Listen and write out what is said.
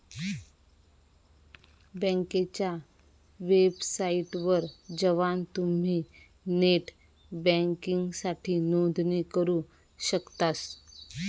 बँकेच्या वेबसाइटवर जवान तुम्ही नेट बँकिंगसाठी नोंदणी करू शकतास